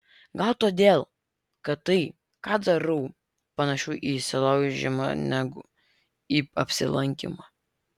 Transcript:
gal todėl kad tai ką darau panašiau į įsilaužimą negu į apsilankymą